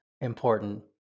important